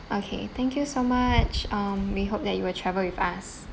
okay thank you so much um we hope that you will travel with us